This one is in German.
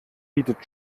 bietet